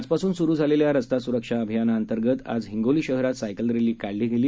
आजपासूनसुरुझालेल्यारस्तासुरक्षाअभियानांतर्गतआजहिंगोलीशहरातसायकलरॅ लीकाढलीगेली